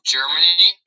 Germany